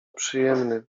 przyjemny